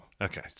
Okay